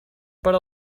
per